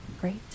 great